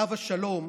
עליו השלום,